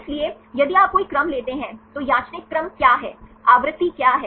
इसलिए यदि आप कोई क्रम लेते हैं तो यादृच्छिक क्रम क्या है आवृत्ति क्या है